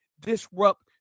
disrupt